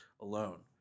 alone